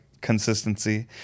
consistency